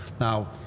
Now